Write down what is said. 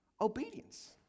obedience